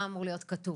מה אמור להיות בו כתוב?